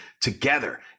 together